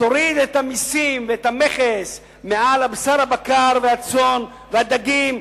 תוריד את המסים ואת המכס מעל בשר הבקר והצאן והדגים,